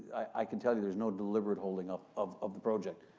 i can tell you there's no deliberate holding up of of the project.